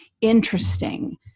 interesting